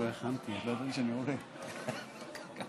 מתוך הצעת חוק התוכנית הכלכלית (תיקוני חקיקה